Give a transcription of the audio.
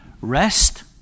rest